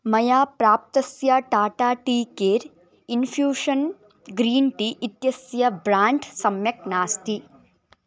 मया प्राप्तस्य Tata tea care infusion green tea इत्यस्य ब्राण्ड् सम्यक् नास्ति